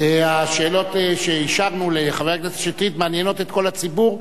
השאלות שאישרנו לחבר הכנסת שטרית מעניינות את כל הציבור,